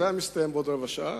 זה היה מסתיים בעוד רבע שעה,